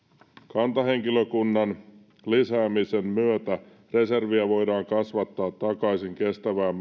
kantahenkilökunnan lisäämisen myötä reserviä voidaan kasvattaa takaisin kestävään